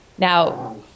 Now